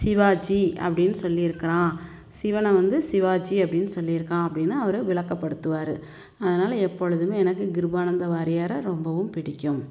சிவாஜி அப்படின் சொல்லியிருக்குறான் சிவனை வந்து சிவாஜி அப்படின் சொல்லியிருக்கான் அப்படின்னு அவர் விளக்கப்படுத்துவார் அதனால் எப்பொழுதுமே எனக்கு கிருபானந்த வாரியார ரொம்பவும் பிடிக்கும்